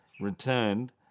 returned